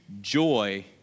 Joy